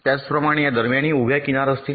त्याचप्रमाणे या दरम्यानही उभ्या किनार असतील